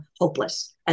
hopeless